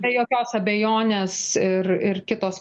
be jokios abejonės ir ir kitos